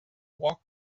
walk